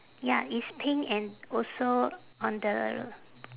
ya it's pink and also on the